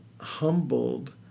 humbled